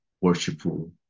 worshipful